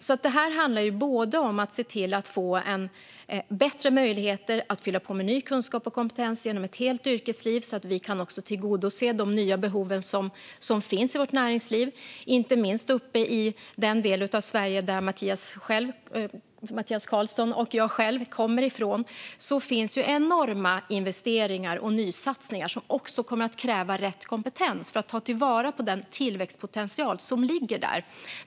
Detta handlar alltså om att se till att få bättre möjligheter att fylla på med nya kunskaper och ny kompetens genom ett helt yrkesliv, så att vi kan tillgodose de nya behov som finns i vårt näringsliv. Inte minst uppe i den del av Sverige där Mattias Karlsson och jag själv kommer från sker enorma investeringar och nysatsningar som också kommer att kräva rätt kompetens för att ta till vara på den tillväxtpotential som ligger där.